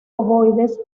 ovoides